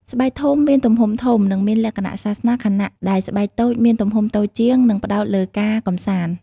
ស្បែកធំមានទំហំធំ និងមានលក្ខណៈសាសនា ខណៈដែលស្បែកតូចមានទំហំតូចជាង និងផ្តោតលើការកម្សាន្ត។